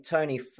Tony